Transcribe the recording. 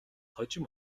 хожим